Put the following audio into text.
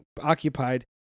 occupied